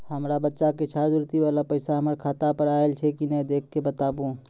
हमार बच्चा के छात्रवृत्ति वाला पैसा हमर खाता पर आयल छै कि नैय देख के बताबू?